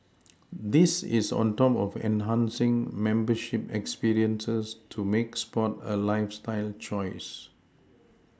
this is on top of enhancing membership experiences to make sport a lifeStyle choice